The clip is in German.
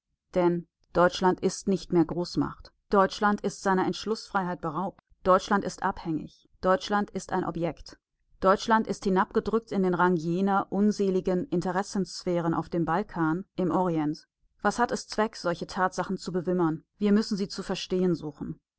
denn deutschland ist nicht mehr großmacht deutschland ist seiner entschlußfreiheit beraubt deutschland ist abhängig deutschland ist objekt deutschland ist hinabgedrückt in den rang jener unseligen interessensphären auf dem balkan im orient was hat es zweck solche tatsachen zu bewimmern wir müssen sie zu verstehen suchen